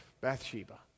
Bathsheba